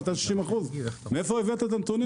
עלתה 60%. מאיפה הבאתם את הנתונים האלה?